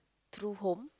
true home